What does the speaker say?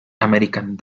american